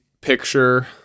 picture